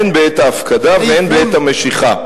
הן בעת ההפקדה והן בעת המשיכה,